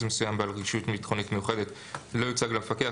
מסוים בעל רגישות ביטחונית מיוחדת לא יוצג למפקח,